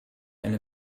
and